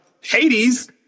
Hades